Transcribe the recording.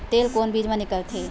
तेल कोन बीज मा निकलथे?